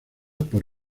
por